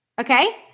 okay